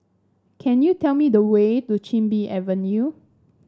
can you tell me the way to Chin Bee Avenue